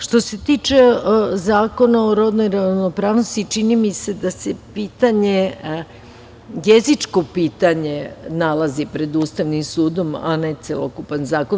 Što se tiče Zakona o rodnoj ravnopravnosti, čini mi se da se jezičko pitanje nalazi pred Ustavnim sud, a ne celokupan zakon.